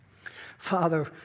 Father